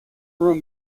room